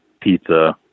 pizza